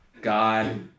God